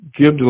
Give